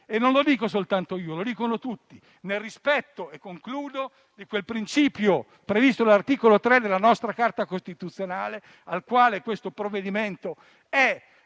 e non lo dico soltanto io, ma lo dicono tutti - nel rispetto del principio previsto dall'articolo 3 della nostra Carta costituzionale, al quale questo provvedimento è